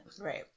Right